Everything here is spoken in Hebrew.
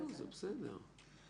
זה בסדר.